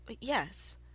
Yes